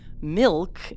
Milk